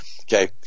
Okay